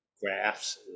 graphs